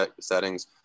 settings